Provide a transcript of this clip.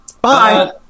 Bye